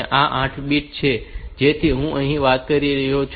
આ 8 બિટ્સ છે કે જેની હું અહીં વાત કરી રહ્યો છું